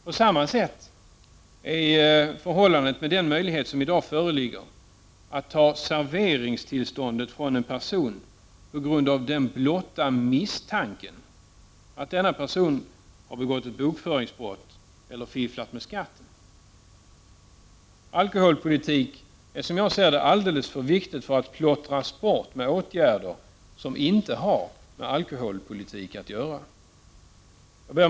På samma sätt är det med den möjlighet som i dag föreligger att frånta en person serveringstillståndet på blotta misstanken att denna person har begått ett bokföringsbrott eller fifflat med skatten. Alkoholpolitiken är alldeles för viktig för att plottras bort med åtgärder som inte har med alkoholpolitik att göra. Fru talman!